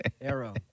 Arrow